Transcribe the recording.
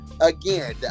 again